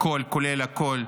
הכול כולל הכול,